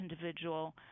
individual